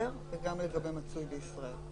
חוזר וגם לגבי מצוי בישראל.